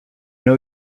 know